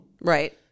Right